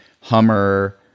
Hummer